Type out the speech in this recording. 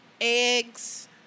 eggs